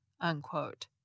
unquote